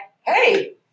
hey